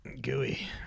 Gooey